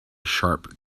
sharp